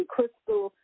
Crystal